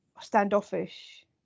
standoffish